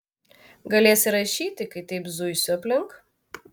galėsi rašyti kai taip zuisiu aplink